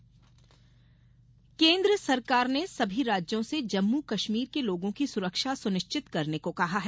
court निर्देश केंद्र सरकार ने सभी राज्यों से जम्मू कश्मीर के लोगों की सुरक्षा सुनिश्चित करने को कहा है